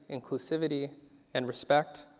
inclusivity and respect,